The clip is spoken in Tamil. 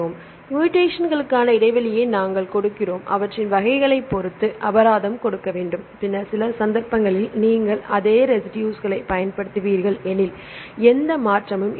எனவேமூடேசன்களுக்கான இடைவெளியை நாங்கள் கொடுக்கிறோம் அவற்றின் வகைகளைப் பொறுத்து அபராதம் கொடுக்க வேண்டும் பின்னர் சில சந்தர்ப்பங்களில் நீங்கள் அதே ரெசிடுஸ்களைப் பயன்படுத்துவீர்கள் எனில் எந்த மாற்றமும் இல்லை